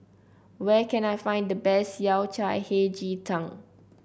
where can I find the best Yao Cai Hei Ji Tang